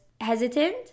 hesitant